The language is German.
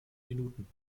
minuten